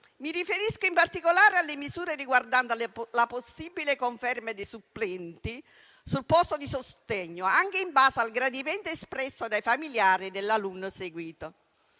Mi riferisco in particolare alle misure riguardanti la possibile conferma di supplenti sul posto di sostegno anche in base al gradimento espresso dai familiari dell'alunno seguito.